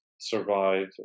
survive